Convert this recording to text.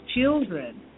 children